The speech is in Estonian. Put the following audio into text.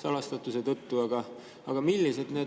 salastatuse tõttu, aga millised on